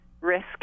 risk